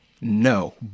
No